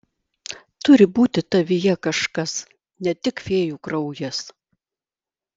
turi būti tavyje kažkas ne tik fėjų kraujas